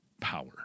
power